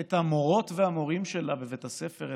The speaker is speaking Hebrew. את המורים והמורים שלה בבית הספר,